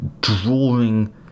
drawing